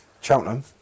Cheltenham